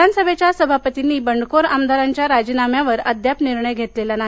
विधानसभेच्या सभापतींनी बंडखोर आमदारांच्या राजीनाम्यावर अद्याप निर्णय घेतलेला नाही